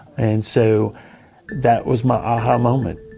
and so that was my ah-ha moment.